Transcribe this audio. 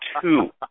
two